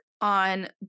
on